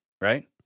right